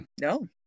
no